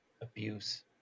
abuse